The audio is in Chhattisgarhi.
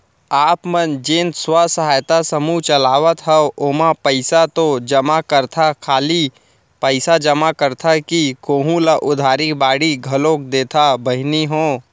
आप मन जेन स्व सहायता समूह चलात हंव ओमा पइसा तो जमा करथा खाली पइसेच जमा करथा कि कोहूँ ल उधारी बाड़ी घलोक देथा बहिनी हो?